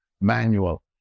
manual